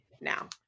now